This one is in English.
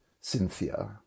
Cynthia